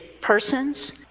persons